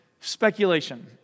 speculation